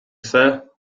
sir